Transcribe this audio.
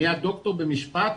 נהיה ד"ר במשפט,